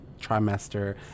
trimester